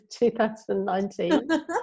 2019